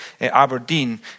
Aberdeen